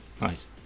Nice